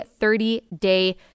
30-day